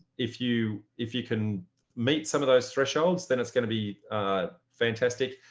if you if you can meet some of those thresholds, then it's going to be fantastic.